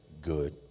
good